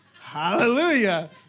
Hallelujah